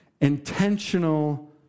intentional